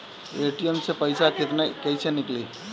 ATM से पइसा कइसे निकली?